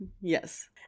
yes